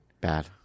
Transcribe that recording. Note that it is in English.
Bad